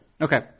Okay